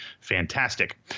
fantastic